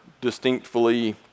distinctly